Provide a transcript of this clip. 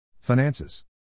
Finances